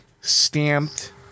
stamped